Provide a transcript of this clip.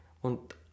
Und